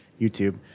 YouTube